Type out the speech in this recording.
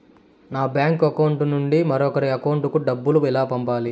నా bank account నుండి మరొకరి అకౌంట్ కు డబ్బులు ఎలా పంపాలి